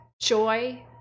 joy